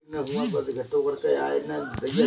कृपया मुझे वरिष्ठ नागरिक बचत योजना की ब्याज दर बताएं